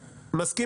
מסכים,